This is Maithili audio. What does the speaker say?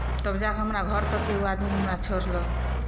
तब जाए कऽ हमरा घर तकके ओ आदमी हमरा छोड़लक